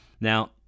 Now